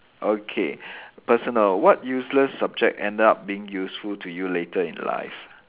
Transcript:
okay personal what useless subject ended up being useful to you later in life